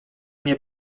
nie